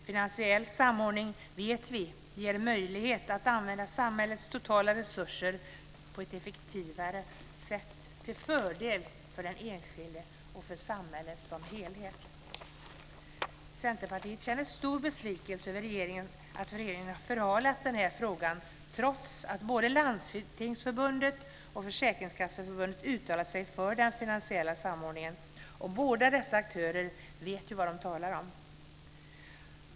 Finansiell samordning vet vi ger möjlighet att använda samhällets totala resurser på ett effektivare sätt till fördel för den enskilde och för samhället som helhet. Centerpartiet känner stor besvikelse över att regeringen har förhalat frågan trots att både Landstingsförbundet och Försäkringskasseförbundet har uttalat sig för den finansiella samordningen. Båda dessa aktörer vet vad de talar om.